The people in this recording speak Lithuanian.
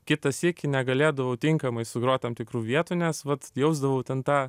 kitą sykį negalėdavau tinkamai sugrot tam tikrų vietų nes vat jausdavau ten tą